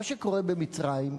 מה שקורה במצרים,